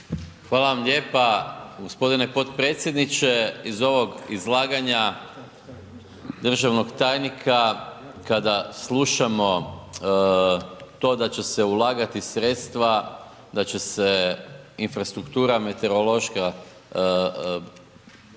Hvala vam lijepa gospodine potpredsjedniče iz ovog izlaganja državnog tajnika kada slušamo to da će se ulagati sredstva, da će se infrastruktura meteorološka